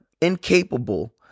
incapable